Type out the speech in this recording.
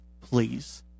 please